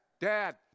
dad